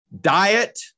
diet